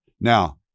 Now